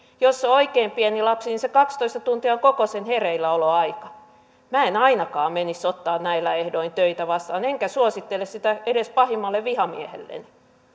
on oikein pieni lapsi niin se kaksitoista tuntia on koko sen hereilläoloaika minä en ainakaan menisi ottamaan näillä ehdoin töitä vastaan enkä suosittele sitä edes pahimmalle vihamiehelleni